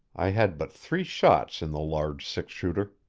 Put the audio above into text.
i had but three shots in the large six-shooter.